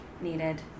needed